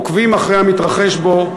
עוקבים אחרי המתרחש בו,